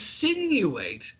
insinuate